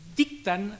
dictan